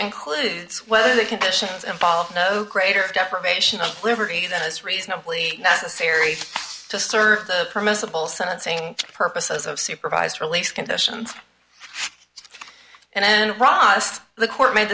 includes whether the conditions involve no greater deprivation of liberty that is reasonably necessary to serve the permissible sentencing purposes of supervised release conditions and ross the court made